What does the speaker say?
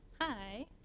Hi